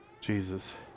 Jesus